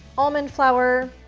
almond flour,